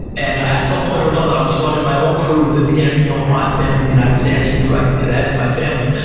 and at some point or another, i was running my own crew within the gambino crime family, and i was answering directly to the heads of my family.